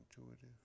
intuitive